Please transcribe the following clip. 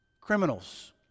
Criminals